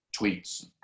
tweets